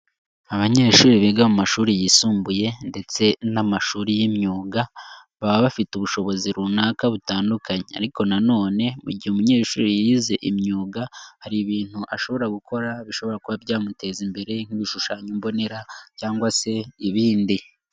Abanyeshuri biga mu mashuri yisumbuye ndetse n'amashuri y'imyuga baba bafite ubushobozi runaka butandukanye, ariko nanone mu gihe umunyeshuri yize imyuga hari ibintu ashobora gukora bishobora kuba byamuteza imbere nk'ibishushanyo mbonera cyangwa se ibindi.